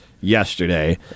yesterday